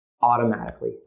automatically